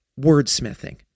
wordsmithing